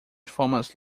thomas